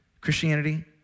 Christianity